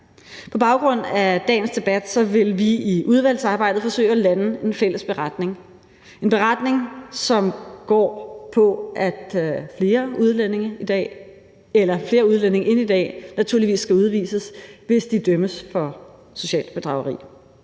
På baggrund af dagens debat vil vi i udvalgsarbejdet forsøge at lande en fælles beretning, en beretning, som går på, at flere udlændinge end i dag naturligvis skal udvises, hvis de dømmes for socialt bedrageri.